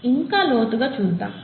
ఇంకా లోతుగా చూద్దాము